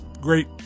Great